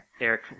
Eric